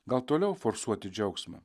gal toliau forsuoti džiaugsmą